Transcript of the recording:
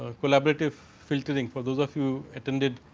ah collaborative filtering for those of you attendant